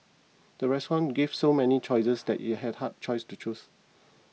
the restaurant gave so many choices that it had hard choices to choose